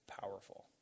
powerful